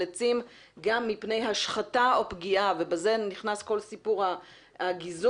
עצים גם מפני השחתה או פגיעה - בזה נכנס כל סיפור הגיזום